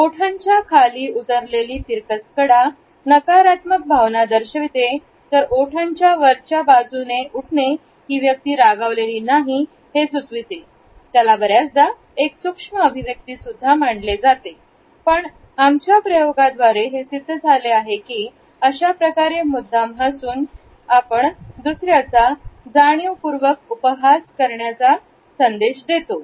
ओठांच्या खाली उतरलेली तिरकस कडा नकारात्मक भावना दर्शविते तर ओठांचे वरच्या बाजूने उठणे ती व्यक्ती रागावलेली नाही हे सुचविते याला बऱ्याचदा एक सूक्ष्म अभिव्यक्ती मानलीजाते पण आमच्या प्रयोगाद्वारे हे सिद्ध झाला आहे की अशाप्रकारे मुद्दाम हासुन दुसऱ्याचा उपहास जाणीवपूर्वक करण्याचा संदेश दिला जातो